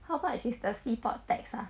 how much is the seaport tax ah